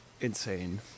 insane